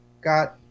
got